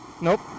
nope